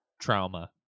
Trauma